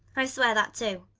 i swear that too.